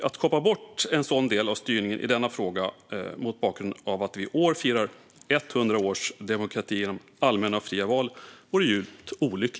Att kapa bort en sådan del i styrningen av denna fråga vore djupt olyckligt mot bakgrund av att vi i år firar 100 år av demokrati genom allmänna och fria val.